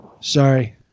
Sorry